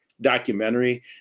documentary